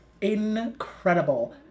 incredible